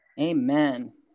Amen